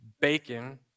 bacon